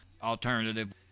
alternative